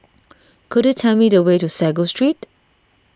could you tell me the way to Sago Street